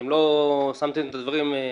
לא היה יד בזה.